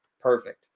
Perfect